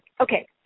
Okay